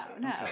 No